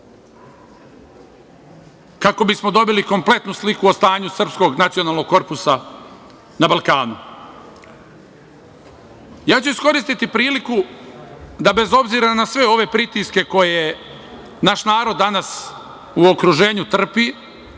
kako bismo dobili kompletnu sliku o stanju srpskog nacionalnog korpusa na Balkanu. Ja ću iskoristiti priliku da bez obzira na sve ove pritiske koje naš narod danas u okruženju trpi,